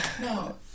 No